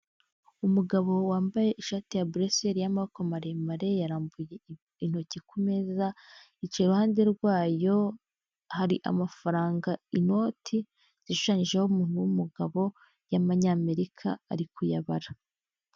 Umugabo wambaye ishati ya buresiyeri y'amaboko maremare yarambuye intoki ku meza, yicaye iruhande rwayo, hari amafaranga inoti zishushanyijeho umuntu w'umugabo y'Amanyamerika ari kuyabara.